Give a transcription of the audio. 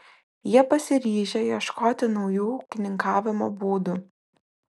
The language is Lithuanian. jie pasiryžę ieškoti naujų ūkininkavimo būdų